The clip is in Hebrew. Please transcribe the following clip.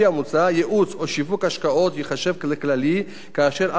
ייעוץ או שיווק השקעות ייחשב לכללי כאשר על פניו הוא